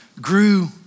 grew